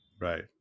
Right